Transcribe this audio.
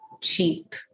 cheap